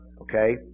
Okay